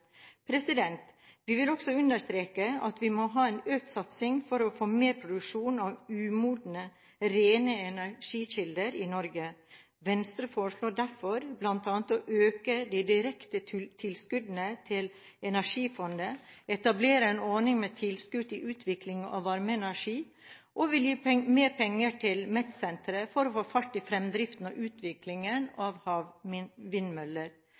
miljøet. Vi vil også understreke at vi må ha en økt satsing for å få mer produksjon av umodne, rene energikilder i Norge. Venstre foreslår derfor bl.a. å øke de direkte tilskuddene til Energifondet, etablere en ordning med tilskudd til utvikling av varmeenergi og gi mer penger til MET-senteret for å få fart i fremdriften og utviklingen